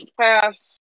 pass